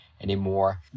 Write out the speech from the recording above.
anymore